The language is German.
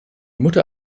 mutter